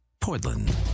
Portland